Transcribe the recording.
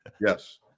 Yes